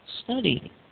study